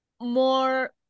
more